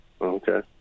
Okay